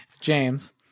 James